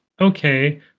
okay